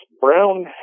brown